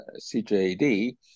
CJD